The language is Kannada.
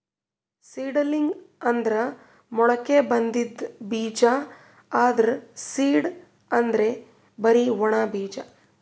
ಸೀಡಲಿಂಗ್ ಅಂದ್ರ ಮೊಳಕೆ ಬಂದಿದ್ ಬೀಜ, ಆದ್ರ್ ಸೀಡ್ ಅಂದ್ರ್ ಬರಿ ಒಣ ಬೀಜ